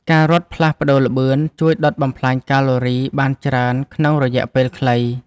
ការរត់ផ្លាស់ប្តូរល្បឿន ជួយដុតបំផ្លាញកាឡូរីបានច្រើនក្នុងរយៈពេលខ្លី។